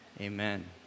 Amen